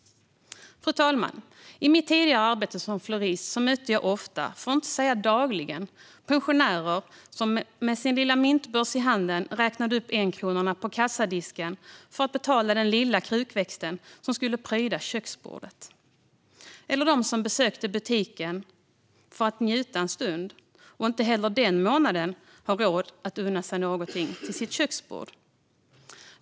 Fru talman! I mitt tidigare arbete som florist mötte jag ofta, för att inte säga dagligen, pensionärer som med sin lilla myntbörs i handen räknade upp enkronorna på kassadisken för att betala den lilla krukväxten som skulle pryda köksbordet. Eller de som besökte butiken för att njuta en stund, och inte heller den månaden hade råd att unna sig någonting till sitt köksbord.